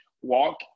walk